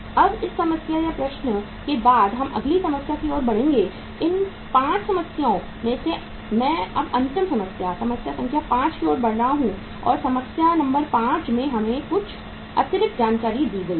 अब इस समस्या या प्रश्न के बाद हम अगली समस्या की ओर बढ़ेंगे इन 5 समस्याओं में से मैं अब अंतिम समस्या समस्या संख्या 5 की ओर बढ़ रहा हूं और समस्या नंबर 5 में हमें कुछ अतिरिक्त जानकारी भी दी गई है